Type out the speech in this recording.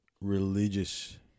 religious